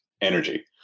energy